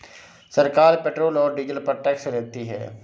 सरकार पेट्रोल और डीजल पर टैक्स लेती है